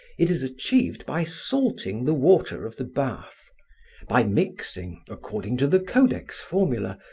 it is achieved by salting the water of the bath by mixing, according to the codex formula,